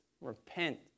repent